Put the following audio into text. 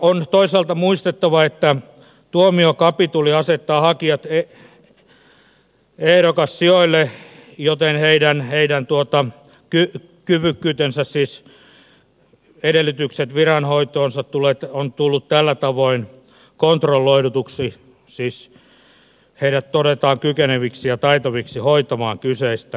on toisaalta muistettava että tuomiokapituli asettaa hakijat ehdokassijoille joten heidän kyvykkyytensä siis edellytykset viranhoitoon on tullut tällä tavoin kontrolloiduksi siis heidät todetaan kykeneviksi ja taitaviksi hoitamaan kyseistä virkaa